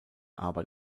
arbeit